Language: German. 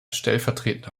stellvertretender